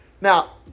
Now